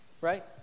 Right